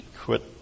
quit